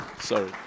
Sorry